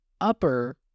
upper